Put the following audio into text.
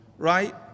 Right